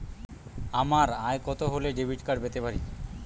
আমার আয় কত হলে ডেবিট কার্ড পেতে পারি?